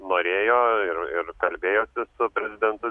norėjo ir ir kalbėjosi su prezidentu